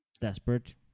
desperate